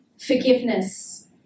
forgiveness